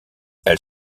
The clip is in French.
elle